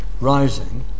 rising